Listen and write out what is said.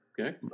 Okay